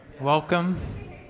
Welcome